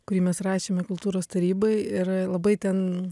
kurį mes rašėme kultūros tarybai ir labai ten